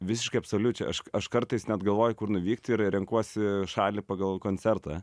visiškai absoliučiai aš aš kartais net galvoju kur nuvykti ir renkuosi šalį pagal koncertą